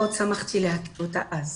מאוד שמחתי להכיר אותה אז.